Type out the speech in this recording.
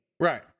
Right